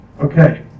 Okay